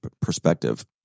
perspective